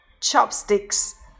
Chopsticks